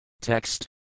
Text